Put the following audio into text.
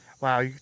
Wow